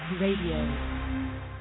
Radio